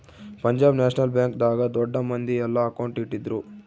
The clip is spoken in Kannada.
ಪಂಜಾಬ್ ನ್ಯಾಷನಲ್ ಬ್ಯಾಂಕ್ ದಾಗ ದೊಡ್ಡ ಮಂದಿ ಯೆಲ್ಲ ಅಕೌಂಟ್ ಇಟ್ಟಿದ್ರು